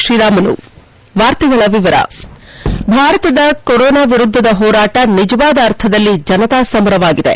ಶ್ರೀರಾಮುಲು ಭಾರತದ ಕೊರೋನಾ ವಿರುದ್ದದ ಹೋರಾಟ ನಿಜವಾದ ಅರ್ಥದಲ್ಲಿ ಜನತಾ ಸಮರವಾಗಿದೆ